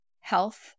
health